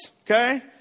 okay